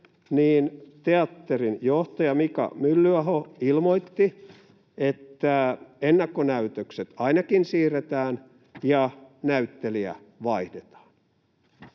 asiaan teatterinjohtaja Mika Myllyaho ilmoitti, että ainakin ennakkonäytökset siirretään ja näyttelijä vaihdetaan.